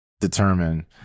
determine